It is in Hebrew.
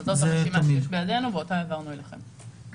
זו הרשימה שיש בידינו ואותה העברנו אליכם.